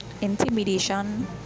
Intimidation